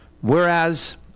Whereas